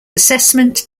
assessment